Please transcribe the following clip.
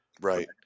Right